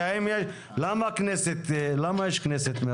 מירב, למה יש כנסת?